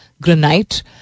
granite